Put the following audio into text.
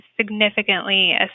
significantly